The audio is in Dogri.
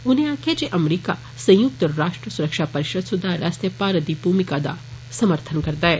उनें आक्खेआ जे अमरीका संयुक्त राश्ट्र सुरक्षा परिशद सुधार आस्तै भारत दी भुमिका दा समर्थन करदा ऐ